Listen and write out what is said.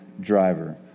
driver